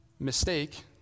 mistake